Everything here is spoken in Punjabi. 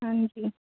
ਹਾਂਜੀ